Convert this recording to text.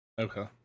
Okay